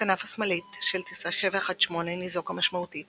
הכנף שמאלית של טיסה 718 ניזוקה משמעותית